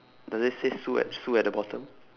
does it say sue at sue at the bottom